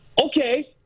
Okay